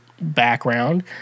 background